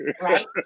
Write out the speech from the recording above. Right